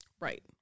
right